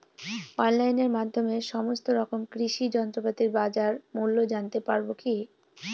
অনলাইনের মাধ্যমে সমস্ত রকম কৃষি যন্ত্রপাতির বাজার মূল্য জানতে পারবো কি?